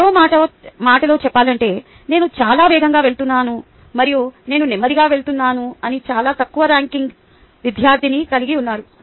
మరో మాటలో చెప్పాలంటే నేను చాలా వేగంగా వెళ్తున్నాను మరియు నేను నెమ్మదిగా వెళ్తున్నానని చాలా తక్కువ ర్యాంకింగ్ విద్యార్థిని కలిగి ఉన్నాను